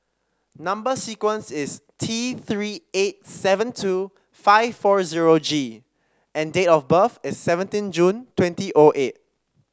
number sequence is T Three eight seven two five four zero G and date of birth is seventeen June twenty O eight